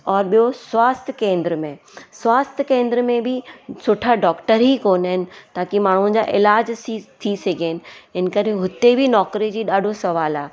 और ॿियो स्वास्थय केंद्र में स्वास्थय केंद्र में बि सुठा डॉक्टर ई कोन्ह आहिनि ताक़ी माण्हुनि जा इलाज सी थी सघनि इन्हीअ करे उते बि नौकिरी जी ॾाढो सुवालु आहे